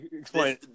Explain